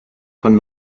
von